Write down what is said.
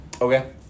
Okay